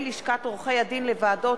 בחינות מקבילות לבחינות הבגרות,